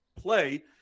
play